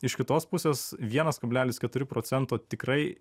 iš kitos pusės vienas kablelis keturi procento tikrai